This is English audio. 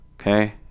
okay